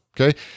okay